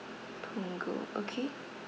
Punggol okay